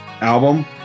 album